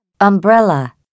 umbrella